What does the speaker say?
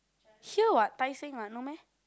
here what Tai Seng what no meh